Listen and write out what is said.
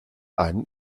einen